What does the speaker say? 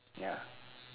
ya